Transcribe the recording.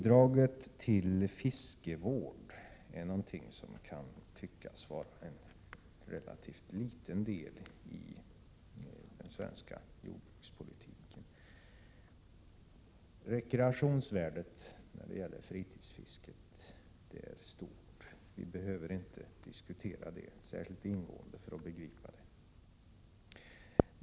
Bidraget till fiskevården är något som kan tyckas vara en relativt liten del av den svenska jordbrukspolitiken. Rekreationsvärdet av fritidsfisket är stort; vi behöver inte diskutera frågan särskilt ingående för att begripa detta.